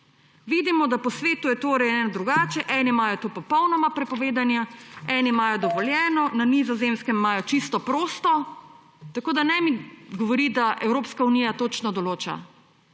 Vidimo, da po svetu je to urejeno drugače. Eni imajo to popolnoma prepovedano, eni imajo dovoljeno, na Nizozemskem imajo čisto prosto. Tako da mi ne govoriti, da Evropska unija točno določa.